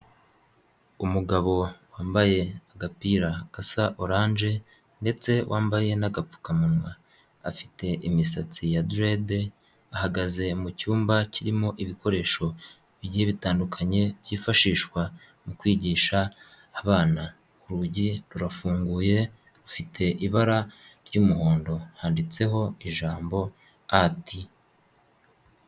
Umugabo wambaye agapira gasa oranje ndetse wambaye n'agapfukamunwa afite imisatsi ya direde ahagaze mu cyumba kirimo ibikoresho bigiye bitandukanye byifashishwa mu kwigisha abana, urugi rurafunguye rufite ibara ry'umuhondo handitseho ijambo ati.